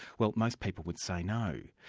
well most people would say no,